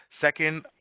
second